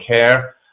care